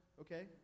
okay